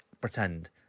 pretend